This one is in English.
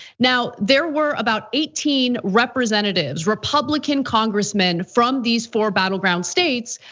now, there were about eighteen representatives republican congressmen from these four battleground states,